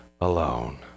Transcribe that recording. alone